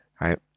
right